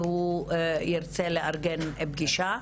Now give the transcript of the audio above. והוא ירצה לארגן פגישה.